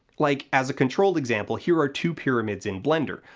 like, as a controlled example here are two pyramids in blender.